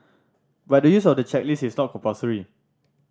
but the use of the checklist is not compulsory